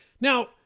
Now